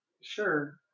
Sure